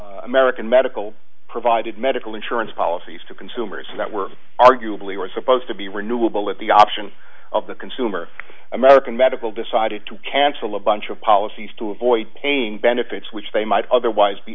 the american medical provided medical insurance policies to consumers that were arguably were supposed to be renewable at the option of the consumer american medical decided to cancel a bunch of policies to avoid paying benefits which they might otherwise be